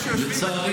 מגוחך,